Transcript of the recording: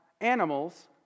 animals